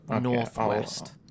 northwest